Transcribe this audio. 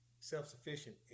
self-sufficient